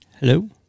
Hello